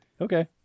Okay